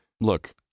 look